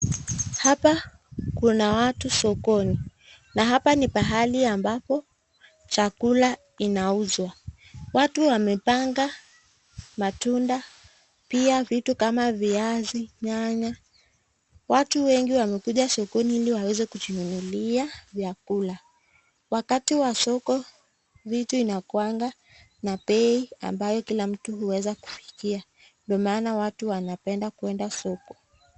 Hapa Kuna watu sokoni na hapa ni pahali ambapo chakula inauzwa watu wamepanga matunda pi vitu kama viazi , nyanya watu wengi wamekuja sokoni hili waweze kujinunulia chakula. Wakati wa soko vitu inakuangaa na bei ambayo Kila mtu uweza kufikia ndio maana watu wanapenda kuenda soko.